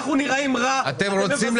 אנחנו נראים רע, אתם מבזים אותנו, חברי הכנסת.